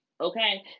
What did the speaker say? okay